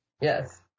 Yes